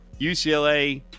UCLA